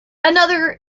another